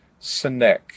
Sinek